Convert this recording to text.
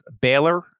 Baylor